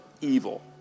evil